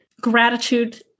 gratitude